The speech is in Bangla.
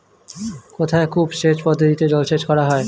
কোথায় কূপ সেচ পদ্ধতিতে জলসেচ করা হয়?